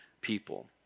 people